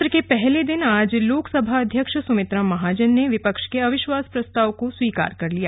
सत्र के पहले दिन आज लोकसभा अध्यक्ष सुमित्रा महाजन ने विपक्ष के अविश्वास प्रस्ताव को स्वीकार कर लिया